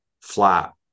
flat